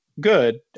good